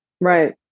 Right